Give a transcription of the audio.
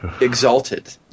exalted